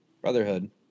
brotherhood